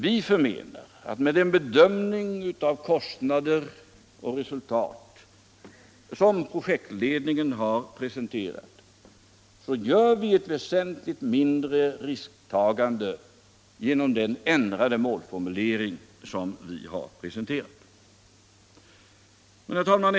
Vi förmenar att enligt den bedömning av kostnader och resultat som projektledningen har presenterat blir risktagandet väsentligt mindre genom den ändrade målformuleringen. Herr talman!